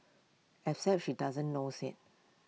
except she doesn't knows IT